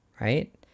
right